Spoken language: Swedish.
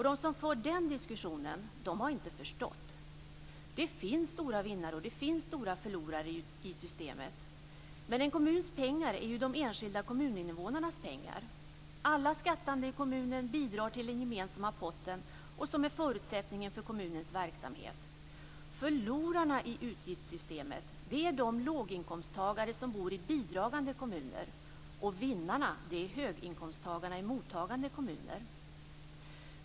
De som för den diskussionen har inte förstått. Det finns stora vinnare och det finns stora förlorare i systemet, men en kommuns pengar är ju de enskilda kommuninvånarnas pengar. Alla skattande i kommunen bidrar till den gemensamma potten, som är förutsättningen för kommunens verksamhet. Förlorarna i utgiftssystemet är de låginkomsttagare som bor i bidragande kommuner, och vinnarna är höginkomsttagarna i mottagande kommuner.